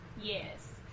Yes